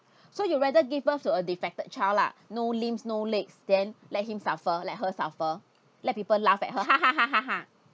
so you rather gave birth to a defected child lah no limbs no legs then led him suffer let her suffer let people laugh at her ha ha ha ha ha